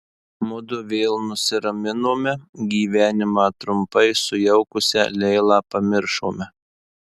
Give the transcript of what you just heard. mudu vėl nusiraminome gyvenimą trumpai sujaukusią leilą pamiršome